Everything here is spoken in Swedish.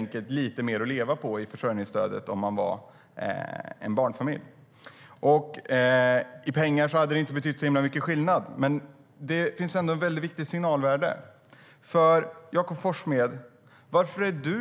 Man fick alltså lite mer att leva på i försörjningsstödet om man var en barnfamilj. I pengar hade det inte betytt någon särskilt stor skillnad. Men det finns ett viktigt signalvärde i det. Varför är du, Jakob Forssmed,